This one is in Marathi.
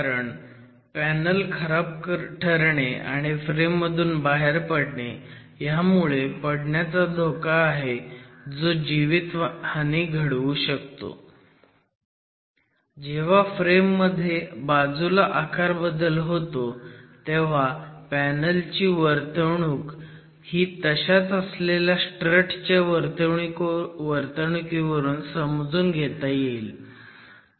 कारण पॅनल खराब ठरणे आणि फ्रेम मधून बाहेर पडणे ह्यामुळे पडण्याचा धोका आहे जो जीवितहानी घडवू शकतो जेव्हा फ्रेममध्ये बाजूला आकारबदल होतो तेव्हा पॅनल ची वर्तवणूक ही तशाच असलेल्या स्ट्रट च्या वर्तवणुकीवरून समजून घेता येईल